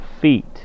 feet